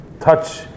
touch